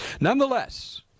Nonetheless